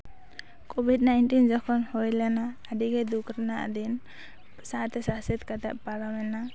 covid nineteen ᱡᱚᱠᱷᱚᱱ ᱦᱩᱭ ᱞᱮᱱᱟ ᱟᱹᱰᱤ ᱜᱮ ᱫᱩᱠ ᱨᱮᱱᱟᱜ ᱫᱤᱱ ᱥᱟᱶᱛᱮ ᱥᱟᱥᱮᱛ ᱠᱟᱛᱮ ᱯᱟᱨᱚᱢᱮᱱᱟ